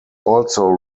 also